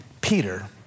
Peter